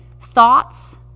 Thoughts